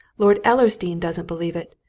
lord ellersdeane doesn't believe it.